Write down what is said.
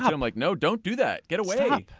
i'm like, no, don't do that. get away.